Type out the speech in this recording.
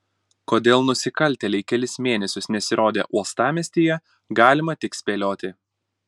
kodėl nusikaltėliai kelis mėnesius nesirodė uostamiestyje galima tik spėlioti